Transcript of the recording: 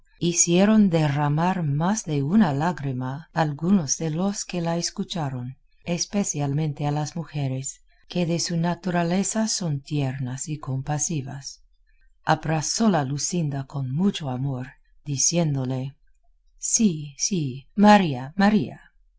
hicieron derramar más de una lágrima a algunos de los que la escucharon especialmente a las mujeres que de su naturaleza son tiernas y compasivas abrazóla luscinda con mucho amor diciéndole sí sí maría maría